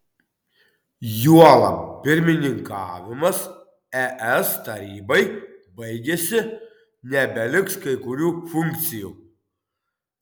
juolab pirmininkavimas es tarybai baigėsi nebeliks kai kurių funkcijų